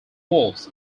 walls